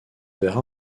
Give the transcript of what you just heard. verra